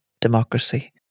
democracy